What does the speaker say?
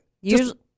Usually